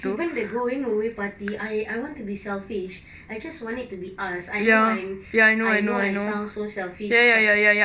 even the going away party I I want to be selfish I just want it to be us I know I'm I know I sound so selfish but